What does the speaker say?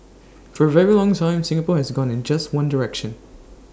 for A very long time Singapore has gone in just one direction